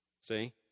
See